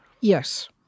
Yes